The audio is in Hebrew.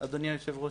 אדוני היושב-ראש,